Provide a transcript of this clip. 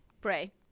pray